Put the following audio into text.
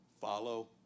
follow